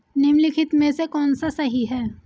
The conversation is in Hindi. निम्नलिखित में से कौन सा सही है?